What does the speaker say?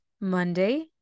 monday